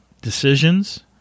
decisions